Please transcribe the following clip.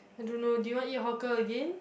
I don't know do you want eat hawker again